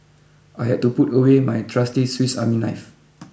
I had to put away my trusty Swiss Army Knife